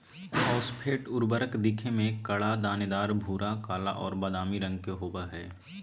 phosphate उर्वरक दिखे में कड़ा, दानेदार, भूरा, काला और बादामी रंग के होबा हइ